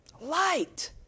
Light